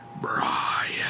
Brian